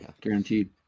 Guaranteed